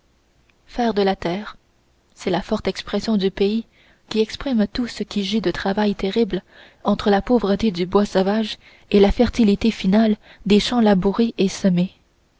faire de la terre c'est la forte expression du pays qui exprime tout ce qui gît de travail terrible entre la pauvreté du bois sauvage et la fertilité finale des champs labourés et semés